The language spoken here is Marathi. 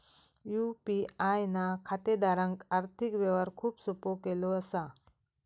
यू.पी.आय ना खातेदारांक आर्थिक व्यवहार खूप सोपो केलो असा